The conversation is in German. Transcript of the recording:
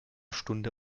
stunde